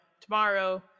tomorrow